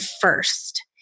first